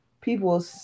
people